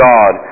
God